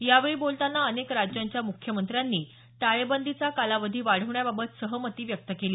यावेळी बोलतांना अनेक राज्यांच्या मुख्यमंत्र्यांनी टाळेबंदीचा कालावधी वाढवण्याबाबत सहमती व्यक्त केली